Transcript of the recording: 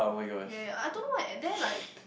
ya ya I don't know why and then there like